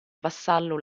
vassallo